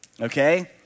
okay